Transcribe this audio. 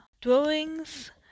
drawings